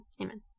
amen